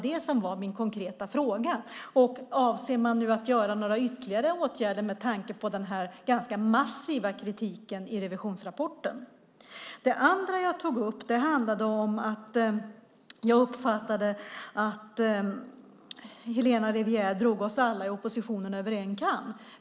Det som var min konkreta fråga var om man nu avser att vidta några ytterligare åtgärder med anledning av den ganska massiva kritiken i revisionsrapporten. Det andra som jag tog upp handlade om att jag uppfattade att Helena Rivière drar oss alla i oppositionen över en kam.